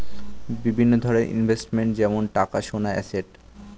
বিভিন্ন ধরনের ইনভেস্টমেন্ট যেমন টাকা, সোনা, অ্যাসেট